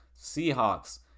Seahawks